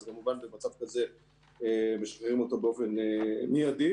אז כמובן שבמצב כזה משחררים אותו באופן מיידי.